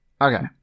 Okay